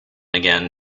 again